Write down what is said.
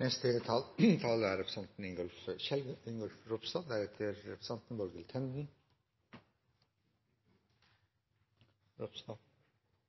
Den årlige debatten om motorferdsel i utmark er